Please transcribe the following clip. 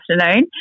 afternoon